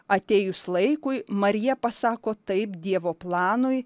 atėjus laikui marija pasako taip dievo planui